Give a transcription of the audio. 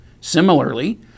Similarly